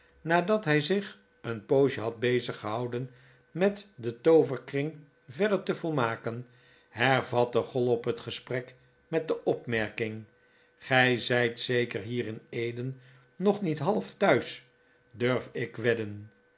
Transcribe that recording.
nadat hij zich een poosje had beziggehouden met den tooverkring verder te volmaken hervatte chollop het gesprek met de opmerking gij zijt zeker hier in eden nog niet half thuis durf ik wedden